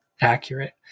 Accurate